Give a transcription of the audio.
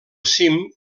cim